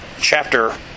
chapter